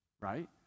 right